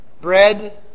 bread